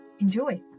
enjoy